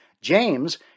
James